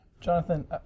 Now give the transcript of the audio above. Jonathan